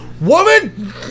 Woman